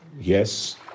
Yes